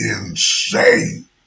insane